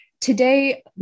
today